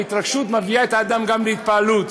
וההתרגשות מביאה את האדם גם להתפעלות.